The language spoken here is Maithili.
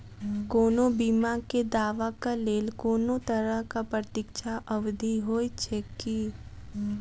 कोनो बीमा केँ दावाक लेल कोनों तरहक प्रतीक्षा अवधि होइत छैक की?